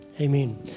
amen